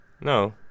No